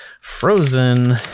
frozen